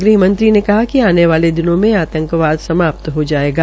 गृहमंत्री ने कहाकि आने वाले दिनों मे आंतकवाद समाप्त् हो रजायेगा